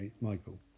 Michael